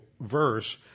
verse